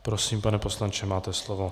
Prosím, pane poslanče, máte slovo.